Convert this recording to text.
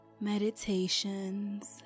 meditations